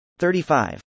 35